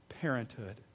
parenthood